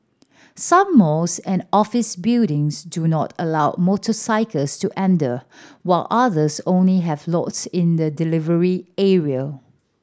some malls and office buildings do not allow motorcycles to enter while others only have lots in the delivery area